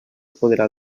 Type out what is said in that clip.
podrà